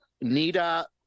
Nita